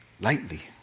lightly